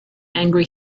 angry